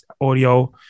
audio